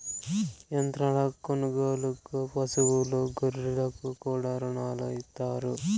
యంత్రాల కొనుగోలుకు పశువులు గొర్రెలకు కూడా రుణాలు ఇత్తారు